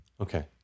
Okay